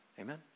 Amen